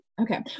Okay